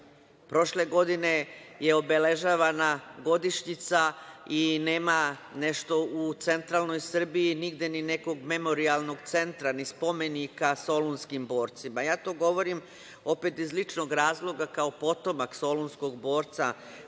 Prošle godine je obeležavana godišnjica i nema nešto u centralnoj Srbiji nigde ni nekog memorijalnog centra, ni spomenika solunskim borcima. Ja to govorim opet iz ličnog razloga kao potomak solunskog borca,